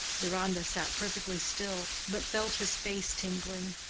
deronda sat perfectly still, but felt his face tingling.